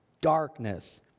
darkness